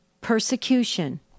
persecution